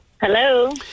Hello